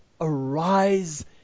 arise